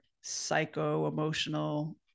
psycho-emotional